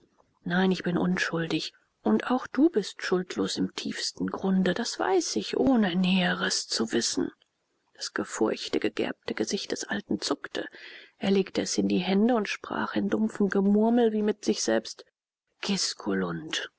nein ich bin unschuldig und auch du bist schuldlos im tiefsten grunde das weiß ich ohne näheres zu wissen das gefurchte gegerbte gesicht des alten zuckte er legte es in die hände und sprach in dumpfem gemurmel wie mit sich selber